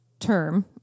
Term